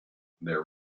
there